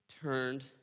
turned